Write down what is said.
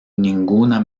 ninguna